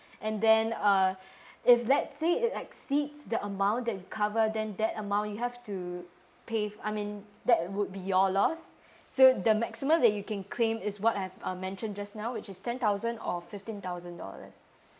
and then uh if let's say it exceeds the amount that we cover then that amount you have to pay I mean that would be your loss so the maximum that you can claim is what I've uh mentioned just now which is ten thousand or fifteen thousand dollars